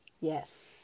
Yes